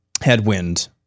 headwind